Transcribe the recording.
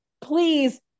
Please